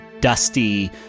dusty